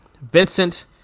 Vincent